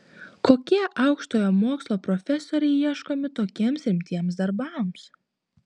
kokie aukštojo mokslo profesoriai ieškomi tokiems rimtiems darbams